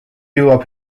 jõuab